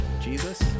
Jesus